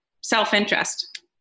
self-interest